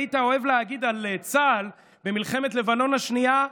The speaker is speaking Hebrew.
היית אוהב להגיד על צה"ל במלחמת לבנון השנייה,